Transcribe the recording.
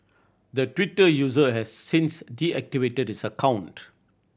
the Twitter user has since deactivated his account